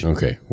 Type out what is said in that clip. Okay